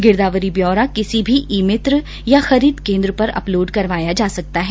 गिरदावरी ब्यौरा किसी भी ई मित्र या खरीद केन्द्र पर अपलोड़ करवाया जा सकता है